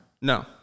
No